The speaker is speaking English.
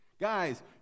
guys